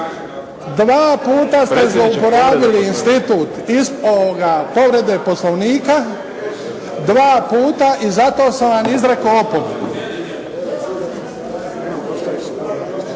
Dva puta ste zlouporabili institut povrede Poslovnika, dva puta i zato sam vam izrekao opomenu.